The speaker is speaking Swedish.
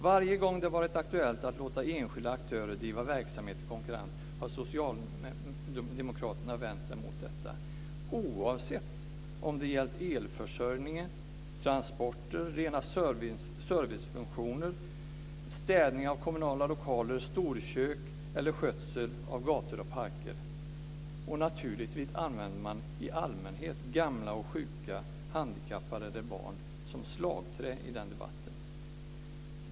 Varje gång det har varit aktuellt att låta enskilda aktörer driva verksamhet i konkurrens har socialdemokraterna vänt sig mot det, oavsett om det har gällt elförsörjning, transport, rena servicefunktioner, städning av kommunala lokaler, storkök eller skötsel av gator och parker. Naturligtvis använder man i allmänhet gamla, sjuka, handikappade och barn som slagträ i den debatten.